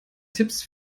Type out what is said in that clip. tipps